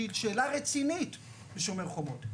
שהיא שאלה רצינית ב"שומר חומות",